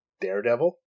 Daredevil